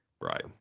Right